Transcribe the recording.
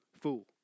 Fool